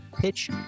pitch